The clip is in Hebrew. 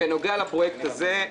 בנוגע לפרויקט הזה,